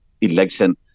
election